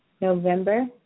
November